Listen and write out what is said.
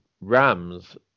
Rams